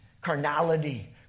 carnality